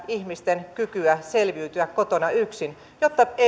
ihmisten kyky selviytyä kotona yksin jotta